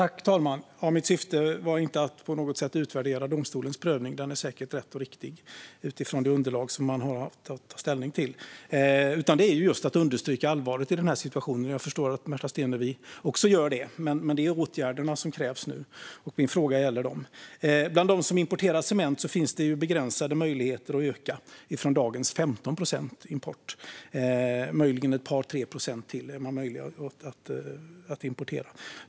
Fru talman! Mitt syfte var inte att på något sätt utvärdera domstolens prövning - den är säkert rätt och riktig utifrån det underlag som man haft att ta ställning till - utan just att understryka allvaret i situationen. Jag förstår att Märta Stenevi också gör det. Men det är åtgärderna som krävs nu, och min fråga gäller dem. För dem som importerar cement finns det begränsade möjligheter att öka från dagens 15 procent import. Ett par tre procent till kan det vara möjligt att importera.